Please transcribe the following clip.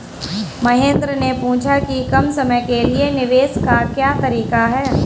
महेन्द्र ने पूछा कि कम समय के लिए निवेश का क्या तरीका है?